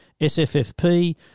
SFFP